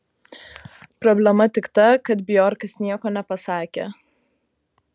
problema tik ta kad bjorkas nieko nepasakė